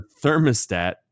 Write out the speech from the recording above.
thermostat